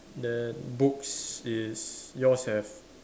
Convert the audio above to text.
then books is yours have